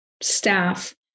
staff